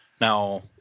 Now